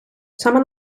саме